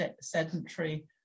sedentary